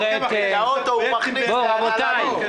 את האוטו הוא מכניס להנהלה וכלליות.